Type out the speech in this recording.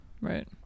right